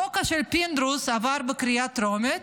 החוק של פינדרוס עבר בקריאה טרומית,